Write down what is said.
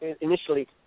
initially